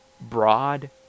broad